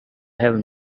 have